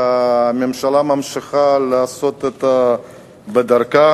והממשלה ממשיכה בדרכה.